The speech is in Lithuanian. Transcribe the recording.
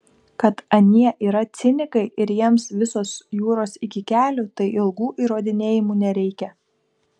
kad anie yra cinikai ir jiems visos jūros iki kelių tai ilgų įrodinėjimų nereikia